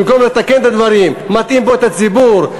במקום לתקן את הדברים מטעים פה את הציבור.